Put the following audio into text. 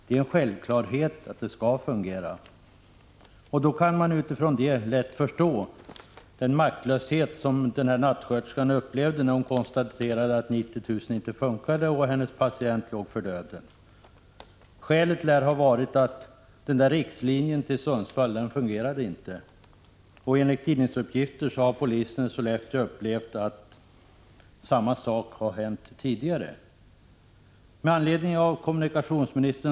Det är en självklarhet att det skall fungera. Då kan man lätt förstå den maktlöshet som en nattsköterska upplevde, när hon konstaterade att 90 000 inte fungerade — och hennes patient låg för döden. Skälet lär ha varit att rikslinjen till Sundsvall inte fungerade. Enligt tidningsuppgifter har polisen i Sollefteå upplevt att samma sak har hänt tidigare.